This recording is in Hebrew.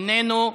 איננו.